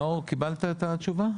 נאור, קיבלת את התשובה.